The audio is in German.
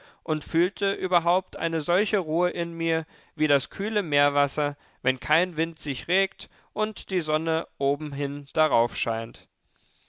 und fühlte überhaupt eine solche ruhe in mir wie das kühle meerwasser wenn kein wind sich regt und die sonne obenhin daraufscheint